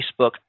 Facebook